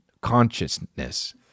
consciousness